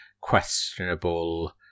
questionable